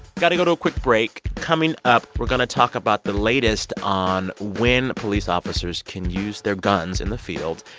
got to go to a quick break coming up, we're going to talk about the latest on when police officers can use their guns in the field.